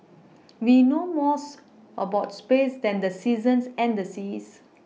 we know more about space than the seasons and the seas